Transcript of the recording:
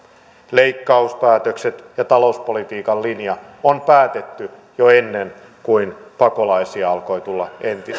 leikkauspäätökset ja talouspolitiikan linja on päätetty jo ennen kuin turvapaikanhakijoita alkoi tulla